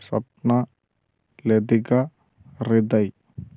Swapna Lathika Hriday